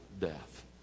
death